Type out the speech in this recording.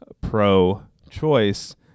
pro-choice